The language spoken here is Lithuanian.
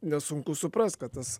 nesunku suprast kad tas